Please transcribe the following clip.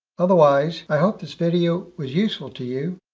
otherwise, i hope this video was useful to you,